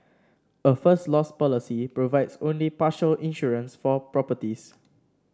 a First Loss policy provides only partial insurance for properties